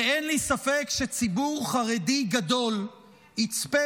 כי אין לי ספק שציבור חרדי גדול יצפה